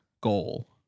goal